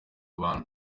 abantu